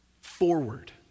forward